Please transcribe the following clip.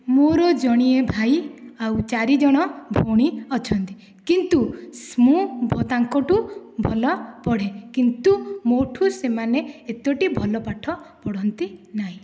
ମୋର ଜଣିଏ ଭାଇ ଆଉ ଚାରିଜଣ ଭଉଣୀ ଅଛନ୍ତି କିନ୍ତୁ ମୁଁ ତାଙ୍କଠାରୁ ଭଲ ପଢ଼େ କିନ୍ତୁ ମୋ ଠାରୁ ସେମାନେ ଏତୋଟି ଭଲ ପାଠ ପଢ଼ନ୍ତି ନାହିଁ